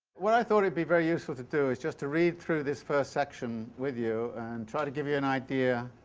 what i thought would be very useful to do is just to read through this first section with you and try to give you an idea